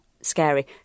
scary